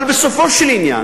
אבל בסופו של עניין,